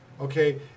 okay